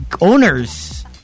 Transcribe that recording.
owners